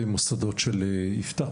ועם מוסדות של יפתח.